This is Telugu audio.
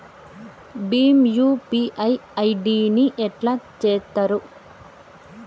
భీమ్ యూ.పీ.ఐ ఐ.డి ని ఎట్లా చేత్తరు?